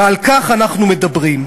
ועל כך אנחנו מדברים.